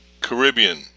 Caribbean